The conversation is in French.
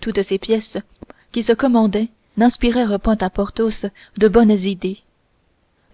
toutes ces pièces qui se commandaient n'inspirèrent point à porthos de bonnes idées